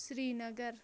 Srinagar